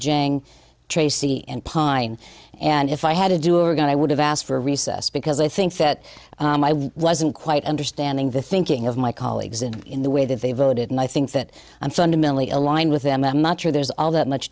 jing tracey and pine and if i had to do we're going to i would have asked for a recess because i think that wasn't quite understanding the thinking of my colleagues and in the way that they voted and i think that i'm fundamentally aligned with them i'm not sure there's all that much